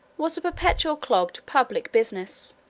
was a perpetual clog to public business.